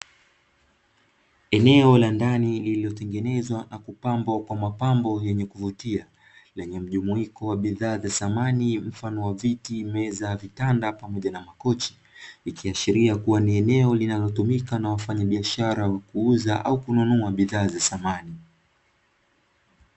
Eneo la ndani lililotengenezwa na kupambwa kwa mapambo yenye kuvutia lenye mjumuiko wa bidhaa za samani mfano wa viti, meza, vitanda pamoja na makochi vikiashiria kuwa ni eneo linalotumika na wafanyabiashara wa kuuza au kununua bidhaa za samani.